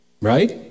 Right